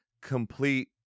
complete